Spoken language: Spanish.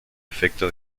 efecto